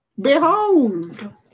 Behold